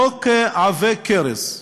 חוק עב כרס,